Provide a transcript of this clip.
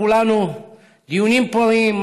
לכולנו דיוניים פוריים,